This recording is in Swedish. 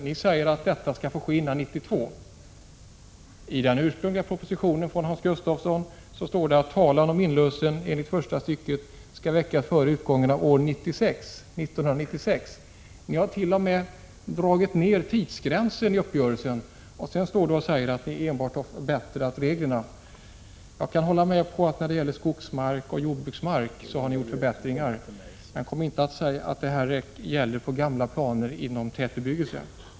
Ni säger att det här skall få ske före 1992. I propositionen från Hans Gustafsson står det att talan om inlösen enligt första stycket skall väckas före utgången av år 1996. Ni har alltså t.o.m. dragit ner tidsgränsen i uppgörelsen, och sedan står Kjell Mattsson och säger att ni enbart har förbättrat reglerna. Jag kan hålla 27 med om att när det gäller skogsmark och jordbruksmark har ni genomfört förbättringar, men kom inte och säg att det här gäller för gamla planer inom tätbebyggelse.